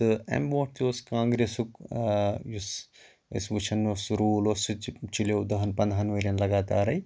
تہٕ امۍ برونٛٹھ تہِ اوس کانٛگریسُک یُس أسۍ وٕچھان اوس سہُ روٗل اوس سہُ تہِ چَلیو دَہَن پَنٛدہَن ؤرۍیَن لگاتارٕے